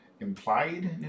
implied